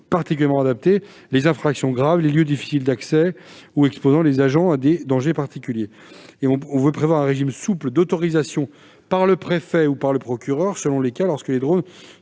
particulièrement adaptés : les infractions graves ou les lieux difficiles d'accès ou exposant les agents à des dangers particuliers. Nous souhaitons aussi prévoir un régime souple d'autorisation par le préfet ou le procureur, selon les cas, lorsque les drones